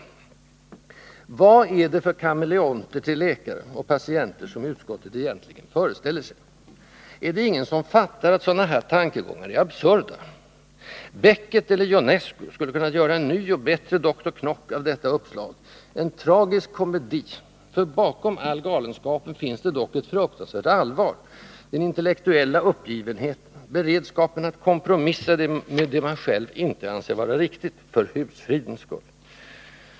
Vad är det för kameleonter till läkare — och patienter — som utskottet egentligen föreställer sig? Är det ingen som fattar att sådana tankegångar är absurda? Beckett eller Ionesco skulle kunnat göra en ny och bättre Doktor Knock av detta uppslag — en tragisk komedi, för bakom all galenskapen finns det dock ett fruktansvärt allvar: den intellektuella uppgivenheten, beredskapen att kompromissa med det man själv inte ansett vara riktigt, för husfridens skull.